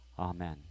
Amen